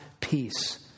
peace